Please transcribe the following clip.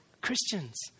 Christians